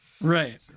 Right